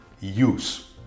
use